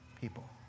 people